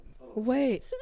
wait